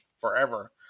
forever